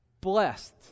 blessed